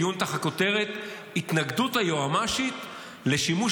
דיון תחת הכותרת: התנגדות היועמ"שית לשימוש